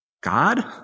God